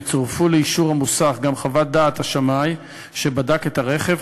יצורפו לאישור המוסך גם חוות דעת השמאי שבדק את הרכב,